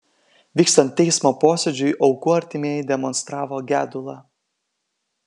vykstant teismo posėdžiui aukų artimieji demonstravo gedulą